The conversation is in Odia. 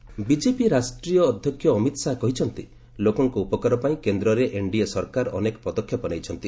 ଅମିତ ଶାହା ବିଜେପି ରାଷ୍ଟ୍ରୀୟ ଅଧ୍ୟକ୍ଷ ଅମିତ ଶାହା କହିଛନ୍ତି ଲୋକଙ୍କ ଉପକାର ପାଇଁ କେନ୍ଦ୍ରେ ଏନ୍ଡିଏ ସରକାର ଅନେକ ପଦକ୍ଷେପ ନେଇଛନ୍ତି